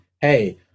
hey